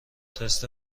تست